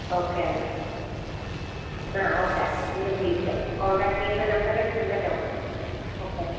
okay എന്നാല് ആ okay വീണ്ടും വിളിക്കാം കോൺഡാക്റ്റ് ചെയ്യുന്ന നമ്പരൊക്കെയുണ്ടല്ലോ ഓക്കേ